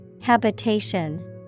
Habitation